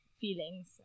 feelings